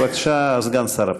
בבקשה, סגן שר הפנים.